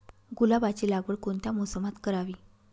गुलाबाची लागवड कोणत्या मोसमात करावी?